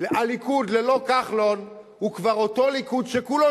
הליכוד ללא כחלון הוא כבר אותו ליכוד שכולו